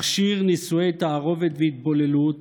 מכשיר נישואי תערובת והתבוללות